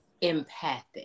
empathic